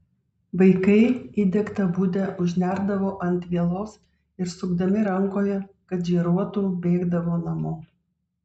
vaikai įdegtą budę užnerdavo ant vielos ir sukdami rankoje kad žėruotų bėgdavo namo